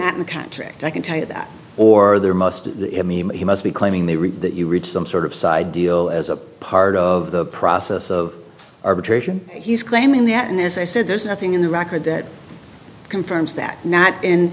atm contract i can tell you that or there must mean he must be claiming the reason that you reach some sort of side deal as a part of the process of arbitration he's claiming that and as i said there's nothing in the record that confirms that not in